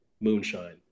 Moonshine